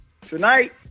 Tonight